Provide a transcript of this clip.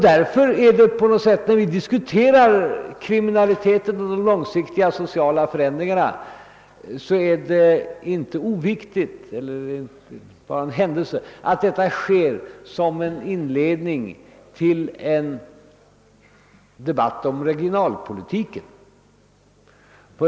När vi diskuterar kriminaliteten och de långsiktiga sociala förändringarna, skall det därför inte bara ses som en händelse att detta sker som en inledning till en debatt om regionalpolitiken.